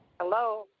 Hello